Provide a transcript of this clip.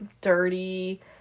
dirty